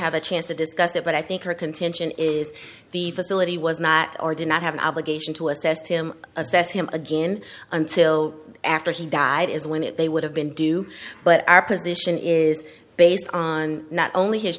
have a chance to discuss it but i think her contention is the facility was not or do not have an obligation to assess him assess him again until after he died is when it they would have been due but our position is based on not only his